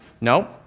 No